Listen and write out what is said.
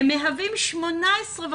מהווים 18%